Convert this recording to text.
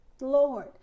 Lord